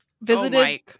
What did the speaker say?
visited